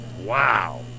Wow